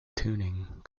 tuning